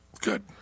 good